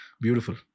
Beautiful